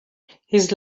his